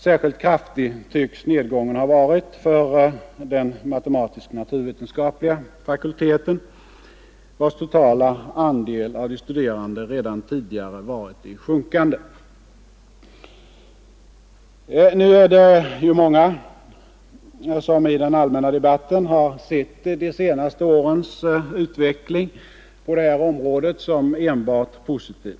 Särskilt kraftig tycks nedgången ha varit för den matematisk-naturvetenskapliga fakulteten, vars totala andel av de studerande redan tidigare varit i sjunkande. Nu är det många som i den allmänna debatten har sett de senaste årens utveckling på detta område som enbart positiv.